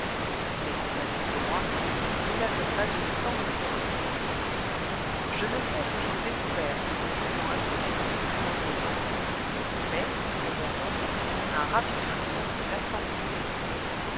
mes compagnons et moi nous n'avions pas eu le temps de nous reconnaître je ne sais ce qu'ils éprouvèrent en se sentant introduits dans cette prison flottante mais pour mon compte un rapide frisson me glaça l'épiderme